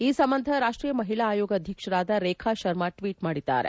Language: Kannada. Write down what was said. ಈ ಸಂಬಂಧ ರಾಷ್ಷೀಯ ಮಹಿಳಾ ಆಯೋಗ ಅಧ್ಯಕ್ಷರಾದ ರೇಖಾ ಶರ್ಮ ಟ್ವೀಟ್ ಮಾಡಿದ್ದಾರೆ